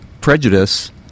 prejudice